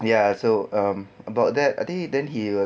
ya so um about that I think then he was